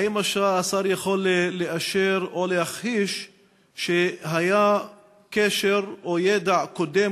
האם השר יכול לאשר או להכחיש שהיה קשר או ידע קודם